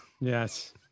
yes